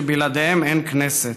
שבלעדיהם אין כנסת.